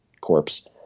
corpse